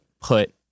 put